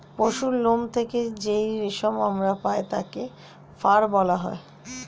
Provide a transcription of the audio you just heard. পশুর লোম থেকে যেই রেশম আমরা পাই তাকে ফার বলা হয়